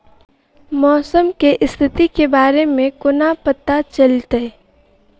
मौसम केँ स्थिति केँ बारे मे कोना पत्ता चलितै?